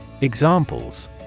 Examples